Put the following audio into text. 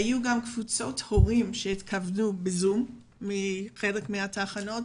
היו גם קבוצות הורים שהתקבלו בזום בחלק מהתחנות,